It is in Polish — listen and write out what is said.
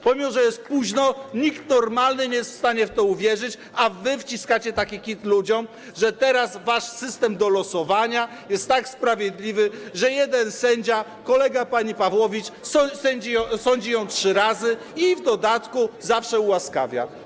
Pomimo że jest późno, nikt normalny nie jest w stanie w to uwierzyć, a wy wciskacie ludziom taki kit, że teraz wasz system do losowania jest tak sprawiedliwy, że jeden sędzia - kolega pani Pawłowicz - sądzi ją trzy razy i w dodatku zawsze ułaskawia.